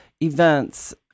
events